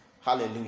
Hallelujah